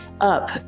up